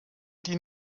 die